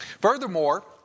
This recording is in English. Furthermore